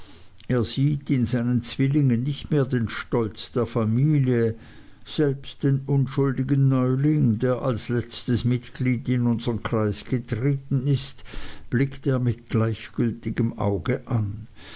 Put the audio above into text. er sieht in seinen zwillingen nicht mehr den stolz der familie selbst den unschuldigen fremdling der als letztes mitglied in unsern kreis getreten ist blickt er mit gleichgültigem auge an